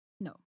No